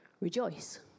Rejoice